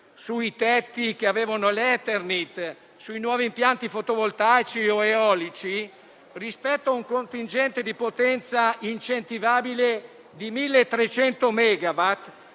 sui tetti che avevano l'Eternit e sui nuovi impianti fotovoltaici o eolici, rispetto a un contingente di potenza incentivabile di 1.300